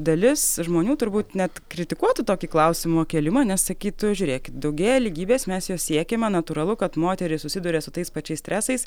dalis žmonių turbūt net kritikuotų tokį klausimo kėlimą nes sakytų žiūrėkit daugėja lygybės mes jos siekiame natūralu kad moterys susiduria su tais pačiais stresais